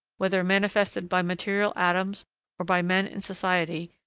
whether manifested by material atoms or by men in society,